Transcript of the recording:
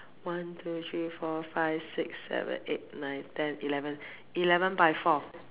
one two three four five six seven eight nine ten eleven eleven by four